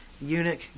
eunuch